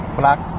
black